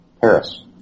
Paris